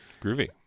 Groovy